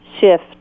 shift